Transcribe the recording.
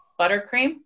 buttercream